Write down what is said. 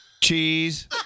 Cheese